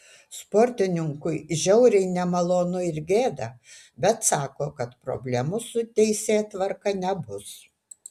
sportininkui žiauriai nemalonu ir gėda bet sako kad problemų su teisėtvarka nebus